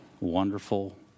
Wonderful